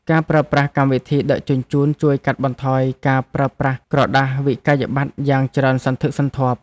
ការប្រើប្រាស់កម្មវិធីដឹកជញ្ជូនជួយកាត់បន្ថយការប្រើប្រាស់ក្រដាសវិក្កយបត្រយ៉ាងច្រើនសន្ធឹកសន្ធាប់។